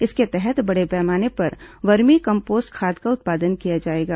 इसके तहत बड़े पैमाने पर वर्मी कम्पोस्ट खाद का उत्पादन किया जाएगा